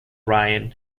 ryan